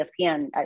espn